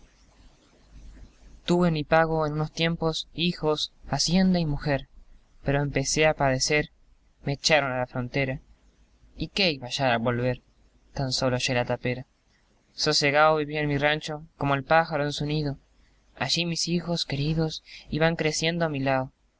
tuve en mi pago en un tiempo hijos hacienda y mujer pero empecé a padecer me echaron a la frontera y qué iba a hallar al volver tan sólo hallé la tapera sosegao vivía en mi rancho como el pájaro en su nido allí mis hijos queridos iban creciendo a mi lao